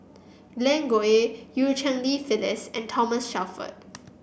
Glen Goei Eu Cheng Li Phyllis and Thomas Shelford